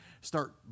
start